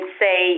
say